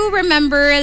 remember